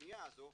הפניה הזאת,